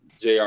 jr